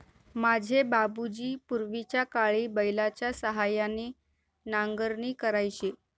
माझे बाबूजी पूर्वीच्याकाळी बैलाच्या सहाय्याने नांगरणी करायचे